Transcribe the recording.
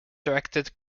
directed